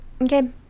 okay